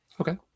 okay